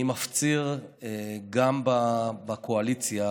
אני מפציר גם בקואליציה